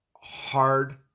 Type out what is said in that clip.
hard